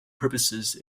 purposes